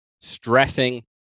stressing